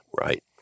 Right